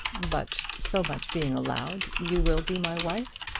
but, so much being allowed, you will be my wife?